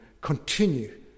continue